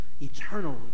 eternally